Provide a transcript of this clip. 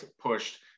pushed